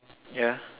ya